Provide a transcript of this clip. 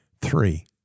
Three